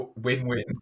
win-win